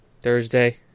Thursday